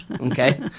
okay